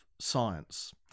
science